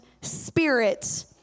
spirit